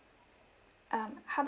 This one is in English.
um how about